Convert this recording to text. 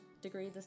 degree